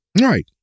right